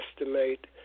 estimate